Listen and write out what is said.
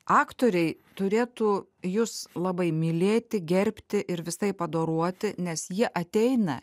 aktoriai turėtų jus labai mylėti gerbti ir visaip adoruoti nes jie ateina